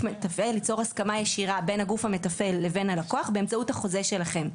מתפעל ליצור הסכמה ישירה בין הגוף המתפעל לבין הלקוח באמצעות החוזה שלכם.